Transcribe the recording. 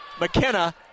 McKenna